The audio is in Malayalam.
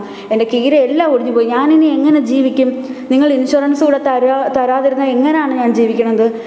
എന്റെ കീരയെല്ലാം ഒടിഞ്ഞു പോയി ഞാനിനി എങ്ങനെ ജീവിക്കും നിങ്ങൾ ഇൻഷുറൻസ് കൂടെ തരുമോ തരാതിരുന്നാൽ എങ്ങനെയാണ് ഞാൻ ജീവിക്കണത്